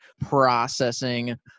processing